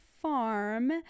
farm